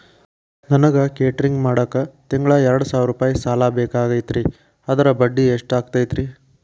ನನಗ ಕೇಟರಿಂಗ್ ಮಾಡಾಕ್ ತಿಂಗಳಾ ಎರಡು ಸಾವಿರ ರೂಪಾಯಿ ಸಾಲ ಬೇಕಾಗೈತರಿ ಅದರ ಬಡ್ಡಿ ಎಷ್ಟ ಆಗತೈತ್ರಿ?